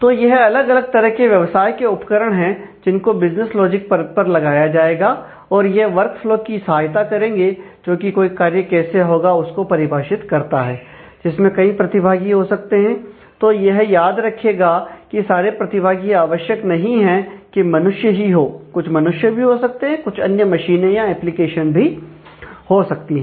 तो यह अलग अलग तरह के व्यवसाय के उपकरण है जिन को बिजनेस लॉजिक परत पर लगाया जाएगा और यह वर्कफ्लो की सहायता करेंगे जो की कोई कार्य कैसे होगा उस को परिभाषित करता है जिसमें कई प्रतिभागी हो सकते हैं तो यह याद रखेगा कि सारे प्रतिभागी आवश्यक नहीं है कि मनुष्य ही हो कुछ मनुष्य भी हो सकते हैं कुछ अन्य मशीनें या एप्लीकेशन भी हो सकती हैं